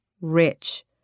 rich